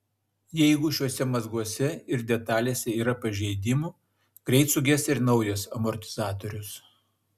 jeigu šiuose mazguose ir detalėse yra pažeidimų greit suges ir naujas amortizatorius